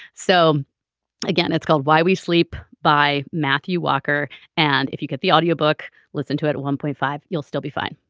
so again it's called why we sleep by matthew walker and if you get the audio book listen to it at one point five you'll still be fine